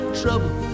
trouble